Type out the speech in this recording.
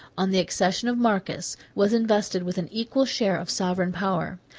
on the accession of marcus, was invested with an equal share of sovereign power.